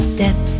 death